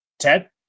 Ted